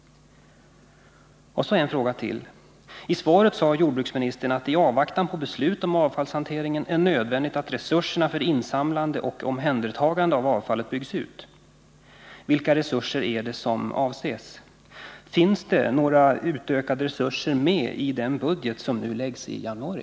Och så en fråga till. I svaret sade jordbruksministern att det i avvaktan på beslut om avfallshanteringen är nödvändigt att resurserna för insamlandet och omhändertagandet av avfallet byggs ut. Vilka resurser är det som avses? Finns det några utökade resurser med i den budget som skall framläggas i januari?